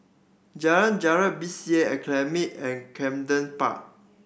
Jalan Jarak B C A Academy and Camden Park